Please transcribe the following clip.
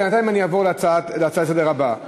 בינתיים אני אעבור להצעה לסדר הבאה.